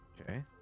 okay